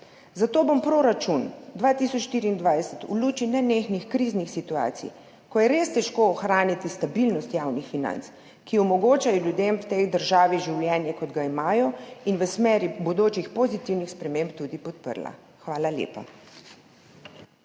zato bom proračun 2024 v luči nenehnih kriznih situacij, ko je res težko ohraniti stabilnost javnih financ, ki omogočajo ljudem v tej državi življenje, kot ga imajo, in v smeri bodočih pozitivnih sprememb tudi podprla. Hvala lepa.